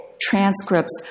transcripts